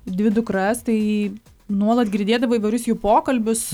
dvi dukras tai nuolat girdėdavau įvairius jų pokalbius